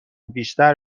بیشتر